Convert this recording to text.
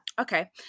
okay